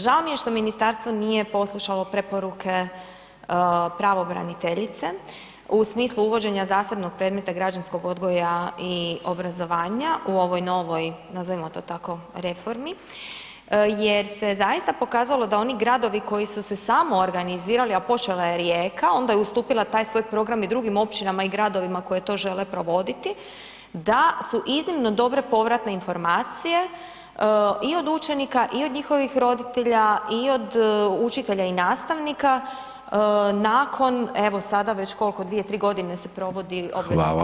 Žao mi je što Ministarstvo nije poslušalo preporuke pravobraniteljice u smislu uvođenja zasebnog predmeta građanskog odgoja i obrazovanja u ovoj novoj, nazovimo to tako reformi, jer se zaista pokazalo da oni gradovi koji su se samoorganizirali a počela je Rijeka, onda je ustupila taj svoj program i drugim općinama i gradovima koje to žele provoditi, da su iznimno dobre povratne informacije i od učenika i od njihovih roditelja i od učitelja i nastavnika nakon evo sada već, koliko, 2,3 godine se provodi obvezan predmet